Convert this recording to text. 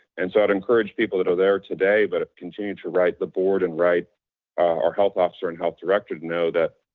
and so i'd encourage people that are there today, but continue to write the board and write our health officer and health director to know that